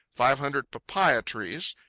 five hundred papaia trees,